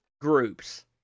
groups